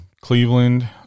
Cleveland